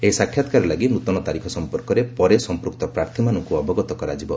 ଏହି ସାକ୍ଷାତ୍କାର ଲାଗି ନୃତନ ତାରିଖ ସମ୍ପର୍କରେ ପରେ ସମ୍ପୁକ୍ତ ପ୍ରାର୍ଥୀମାନଙ୍କୁ ଅବଗତ କରାଯିବ